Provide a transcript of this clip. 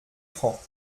francs